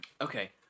Okay